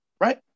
right